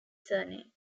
surname